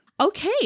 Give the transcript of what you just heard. okay